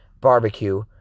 barbecue